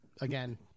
again